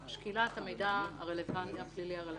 גם מהמידע הפלילי הרלוונטי.